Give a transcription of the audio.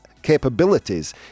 capabilities